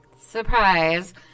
surprise